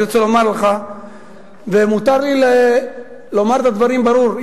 אני רוצה לומר לך ומותר לי לומר את הדברים ברור.